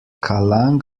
kallang